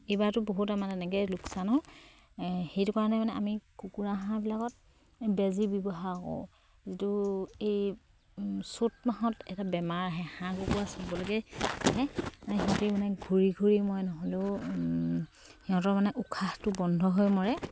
এইবাৰতো বহুত আমাৰ এনেকে লোকচান হল সেইটো কাৰণে মানে আমি কুকুৰা হাঁহবিলাকত বেজী ব্যৱহাৰ কৰোঁ যিটো এই চ'ত মাহত এটা বেমাৰ আহে হাঁহ কুকুৰা চবলৈকে সিহঁতে মানে ঘূৰি ঘূৰি মৰে নহ'লে সিহঁতৰ মানে উশাহটো বন্ধ হৈ মৰে